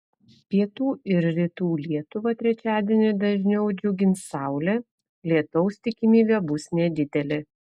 pietų ir rytų lietuvą trečiadienį dažniau džiugins saulė lietaus tikimybė bus nedidelė